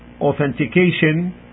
authentication